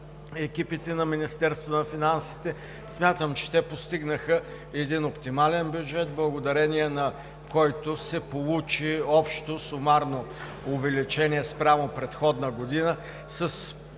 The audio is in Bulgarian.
екипите на Министерство на финансите. Смятам, че те постигнаха един оптимален бюджет, благодарение на който се получи общо сумарно увеличение спрямо предходна година с